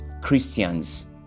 Christians